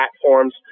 platforms